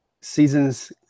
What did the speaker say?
Season's